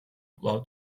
კვლავ